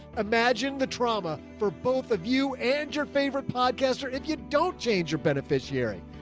imagine the trauma for both of you and your favorite podcast. or if you don't change your beneficiary,